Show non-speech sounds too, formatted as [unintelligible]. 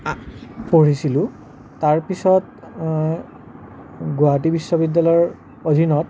[unintelligible] পঢ়িছিলোঁ তাৰ পিছত গুৱাহাটী বিশ্ববিদ্যালয়ৰ অধিনত